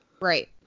Right